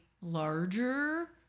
larger